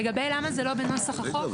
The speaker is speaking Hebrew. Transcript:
לגבי למה זה לא בנוסח החוק,